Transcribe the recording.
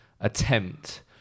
attempt